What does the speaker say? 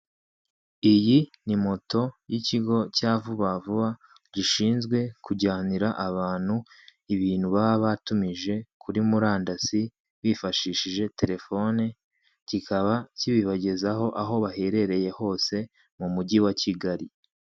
Iyi ni moto y'ikigo cya Vubavuba gishinzwe kujyanira abantu ibintu baba batumije, kuri Murandasi bifashishije telefone, kikaba kibibagezaho aho baherereye hose mu mugi wa Kigali.